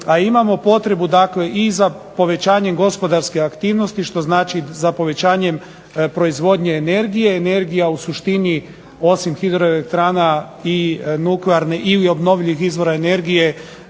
A imamo potrebu dakle i za povećanjem gospodarske aktivnosti što znači za povećanjem proizvodnje energije. Energija u suštini, osim hidroelektrana i nuklearne ili obnovljivih izvora energije,